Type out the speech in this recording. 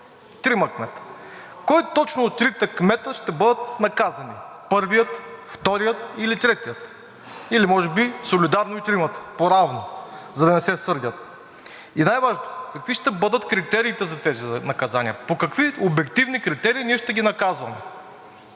трима кметове. Кой точно от тримата кметове ще бъде наказан – първият, вторият или третият или може би солидарно и тримата поравно, за да не се сърдят? Най-важно, какви ще бъдат критериите за тези наказания? По какви обективни критерии ние ще ги наказваме?